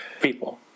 people